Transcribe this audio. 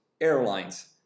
airlines